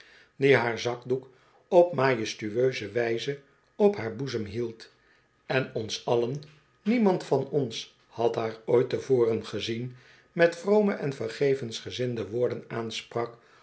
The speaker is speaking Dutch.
die haar zakdoek op majestueuze wijze op haar boezem hield en ons allen niemand van ons had haar ooit te voren gezien met vrome en vergeven sgezinde woorden aansprak